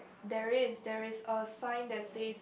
there is there is a sign that says